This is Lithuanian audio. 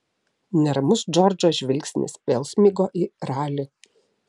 neramus džordžo žvilgsnis vėl smigo į ralį